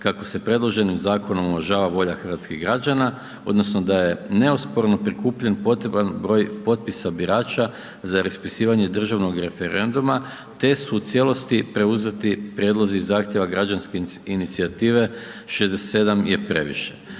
kako se predloženim zakonom uvažava volja hrvatskih građana odnosno da je neosporno prikupljen potreban broj potpisa birača za raspisivanje državnog referenduma te su u cijelosti preuzeti prijedlozi zahtjeva građanske inicijative „67 je previše“.